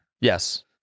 Yes